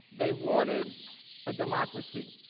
they wanted a democracy.